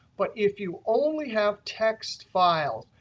but if you only have text files,